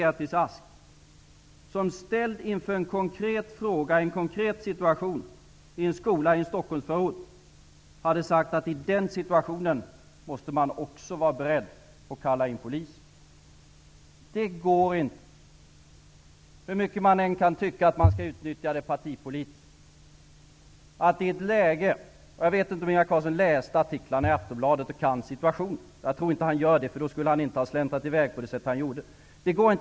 Ask, ställd inför en konkret fråga i en konkret situation i en skola i en Stockholmsförort, hade sagt att i den situationen måste man vara beredd att kalla in polisen. Jag vet inte om Ingvar Carlsson läste artiklarna i Aftonbladet och är bekant med situationen. Jag tror inte att han är det. Då skulle han inte ha släntrat i väg på det sätt han gjorde.